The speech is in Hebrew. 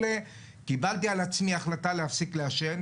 קיבלתי על עצמי החלטה להפסיק לעשן,